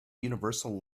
universal